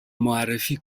معرفی